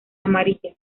amarilla